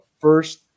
first